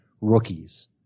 rookies